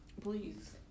Please